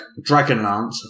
Dragonlance